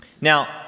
Now